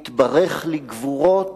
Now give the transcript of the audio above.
מתברך לגבורות: